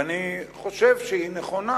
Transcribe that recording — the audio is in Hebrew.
ואני חושב שהיא נכונה.